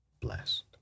blessed